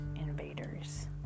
invaders